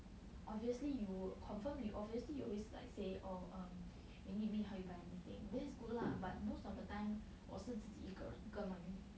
obviously you confirm you obviously you always like say oh erm you need me help you buy anything that's good lah but most of the time 我是自己一个人跟 mummy